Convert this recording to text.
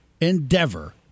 endeavor